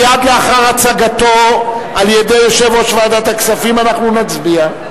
מייד לאחר הצגתו על-ידי יושב-ראש ועדת הכספים אנחנו נצביע.